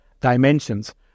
dimensions